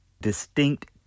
distinct